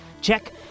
Check